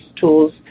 tools